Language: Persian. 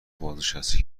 بازنشسته